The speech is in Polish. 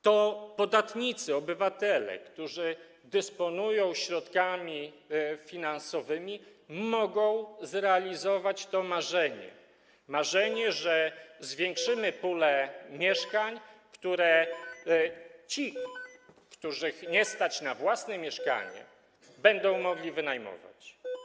To podatnicy, obywatele, którzy dysponują środkami finansowymi, mogą zrealizować to marzenie, marzenie o tym, że zwiększymy pulę mieszkań, które ci, których nie stać na własne mieszkanie, będą mogli wynajmować.